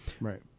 Right